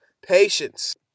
patience